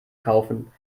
kaufen